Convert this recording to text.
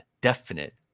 definite